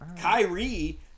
Kyrie